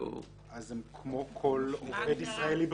אז הם כמו כל עובד ישראלי בחו"ל,